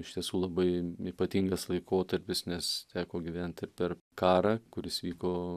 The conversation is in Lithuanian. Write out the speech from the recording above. iš tiesų labai ypatingas laikotarpis nes teko gyventi per karą kuris vyko